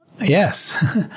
Yes